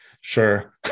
sure